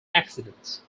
accidents